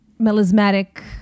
melismatic